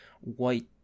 white